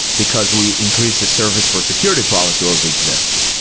because we increase the service for security problems to also exist.